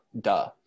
duh